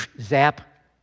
zap